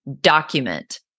document